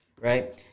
right